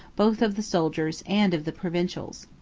both of the soldiers and of the provincials.